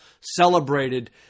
celebrated